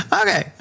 Okay